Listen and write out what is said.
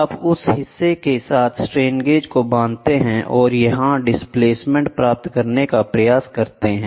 आप उस हिस्से के साथ स्ट्रेन गेज को बांधते हैं और यहां डिस्प्लेसमेंट प्राप्त करने का प्रयास करते हैं